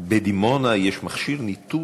בדימונה יש מכשיר ניטור,